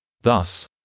Thus